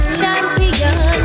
champion